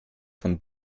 von